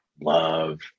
love